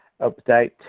update